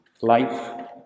life